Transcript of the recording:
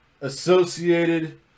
associated